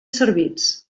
servits